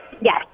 Yes